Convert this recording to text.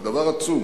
זה דבר עצום.